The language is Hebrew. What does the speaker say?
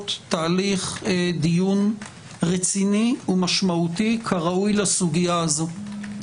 תהליך דיון רציני ומשמעותי כראוי לסוגיה הזו.